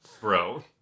Bro